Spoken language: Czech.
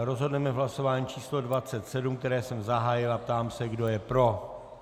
Rozhodneme v hlasování číslo 27, které jsem zahájil, a ptám se, kdo je pro.